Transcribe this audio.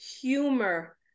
humor